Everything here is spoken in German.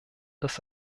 das